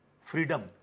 freedom